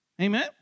Amen